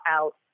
out